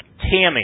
Tammy